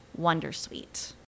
Wondersuite